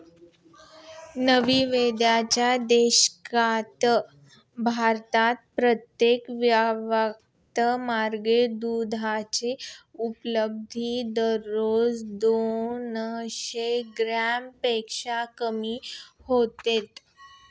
नव्वदच्या दशकात भारतात प्रत्येक व्यक्तीमागे दुधाची उपलब्धता दररोज दोनशे ग्रॅमपेक्षा कमी होती